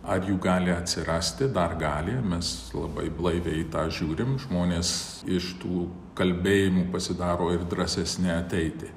ar jų gali atsirasti dar gali mes labai blaiviai į tą žiūrim žmonės iš tų kalbėjimų pasidaro ir drąsesni ateiti